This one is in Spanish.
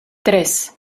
tres